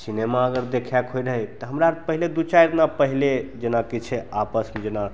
cinema अगर देखैके होइ रहै तऽ हमरा आओर पहिले दुइ चारि दिना पहिले जेनाकि छै आपसमे जेना